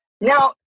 Now